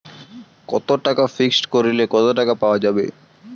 কত টাকা ফিক্সড করিলে কত টাকা পাওয়া যাবে?